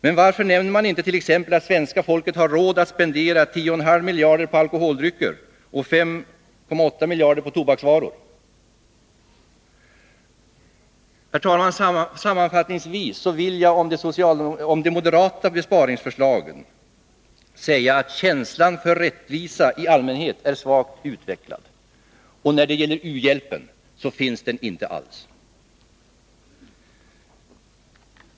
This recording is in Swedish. Men varför nämner maninte t.ex. att svenska folket har råd att spendera 10,5 miljarder på alkoholdrycker och 5,8 miljarder på tobaksvaror? Herr talman! Sammanfattningsvis vill jag säga om moderaternas besparingsförslag att känslan för rättvisa i allmänhet är svagt utvecklad. När det gäller u-hjälpen finns den inte alls.